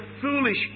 foolish